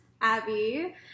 Abby